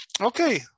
Okay